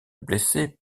blessés